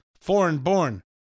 foreign-born